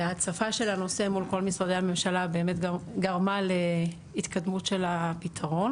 ההצפה של הנושא מול כל משרדי הממשלה באמת גרמה להתקדמות של הפתרון.